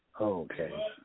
okay